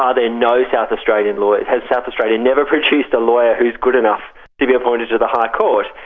are there no south australian lawyers, has south australia never produced a lawyer who is good enough to be appointed to the high court?